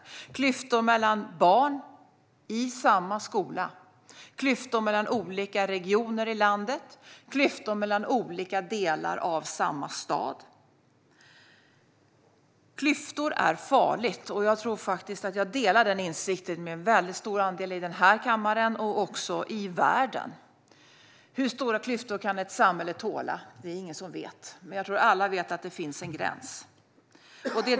Det finns klyftor mellan barn i samma skola, mellan olika regioner i landet och mellan olika delar av samma stad. Klyftor är farligt, och jag tror faktiskt att jag delar den insikten med en väldigt stor andel av kammaren och även världen. Hur stora klyftor kan ett samhälle tåla? Det är det ingen som vet, men jag tror att alla vet att det finns en gräns.